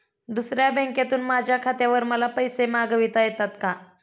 दुसऱ्या बँकेतून माझ्या खात्यावर मला पैसे मागविता येतात का?